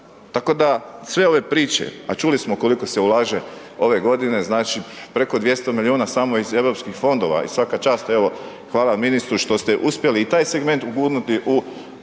tako da sve ove priče, a čuli smo koliko se ulaže ove godine, znači, preko 200 milijuna samo iz Europskih fondova i svaka čast, evo, hvala ministru što ste uspjeli i taj segment ugurnuti u